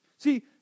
See